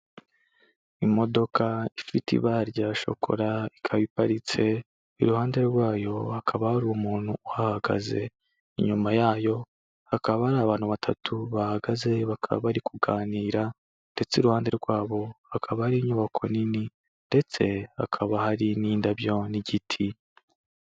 Imodoka ifite ibara rya shokora, ikaba iparitse iruhande rwayo hakaba hari umuntu uhahagaze, inyuma yayo hakaba hari abantu batatu bahagaze bakaba bari kuganira, ndetse iruhande rwabo hakaba hari inyubako nini, ndetse hakaba hari n'indabyo n'igiti.